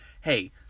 hey